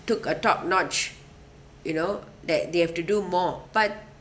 took a top notch you know that they have to do more but